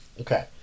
Okay